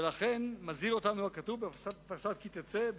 ולכן מזהיר אותנו הכתוב בפרשת כי תצא,